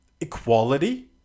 equality